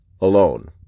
alone